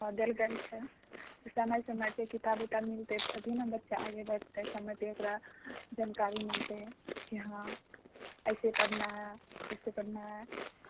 आ देलखिन छै समय समयपर किताब उताब मिलतै तभी ने बच्चा आगे बढ़तै समयसँ ओकरा जानकारी मिलतै कि हँ ऐसे पढ़ना है उससे पढ़ना है